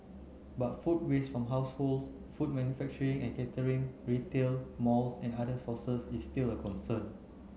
but food waste from households food manufacturing and catering retail malls and other sources is still a concern